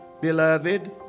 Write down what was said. Beloved